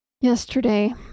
Yesterday